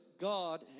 God